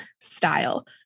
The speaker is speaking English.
style